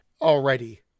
already